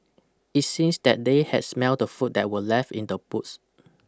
it seems that they had smelt the food that were left in the boots